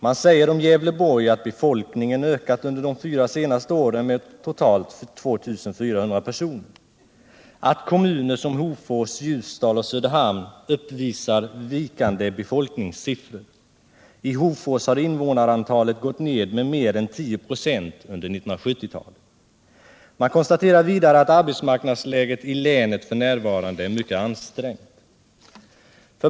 Man säger om Gävleborg att befolkningen under de senaste fyra åren ökat med totalt 2400 personer och att kommuner som Hofors, Ljusdal och Söderhamn uppvisar vikande befolkningssiffror. I Hofors har invånarantalet gått ner med mer än 10 96 under 1970-talet. Utskottet konstaterar vidare att arbetsmarknadsläget i länet f.n. är mycket ansträngt.